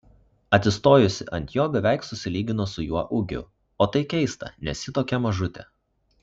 atsistojusi ant jo beveik susilygino su juo ūgiu o tai keista nes ji tokia mažutė